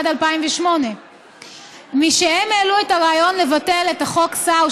עד 2008. משהם העלו את הרעיון לבטל את חוק סער,